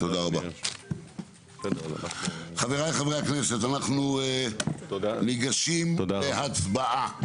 חבריי חברי הכנסת, אנחנו ניגשים להצבעה